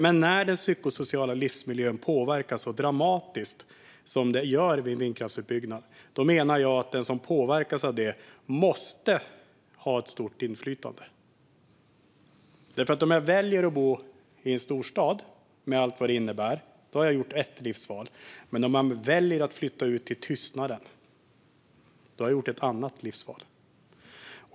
Men när den psykosociala livsmiljön påverkas så dramatiskt som den gör vid en vindkraftsutbyggnad, menar jag att den som påverkas av det måste ha ett stort inflytande. Om jag väljer att bo i en storstad med allt vad det innebär har jag gjort ett livsval. Men om jag väljer att flytta ut till tystnaden har jag gjort ett annat livsval.